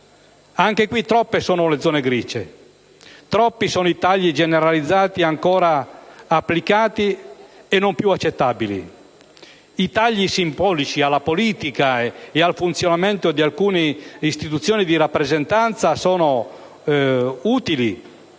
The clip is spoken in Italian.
caso, troppe sono le zone grigie; troppi sono i tagli generalizzati ancora applicati e non più accettabili. I tagli simbolici alla politica e al funzionamento di alcune istituzioni di rappresentanza sono utili